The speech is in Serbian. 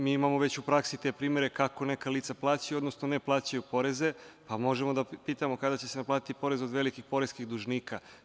Mi imamo već u praksi te primere kako neka lica plaćaju odnosno ne plaćaju poreze, pa možemo da pitamo - kada će se naplatiti porez od velikih poreskih dužnika?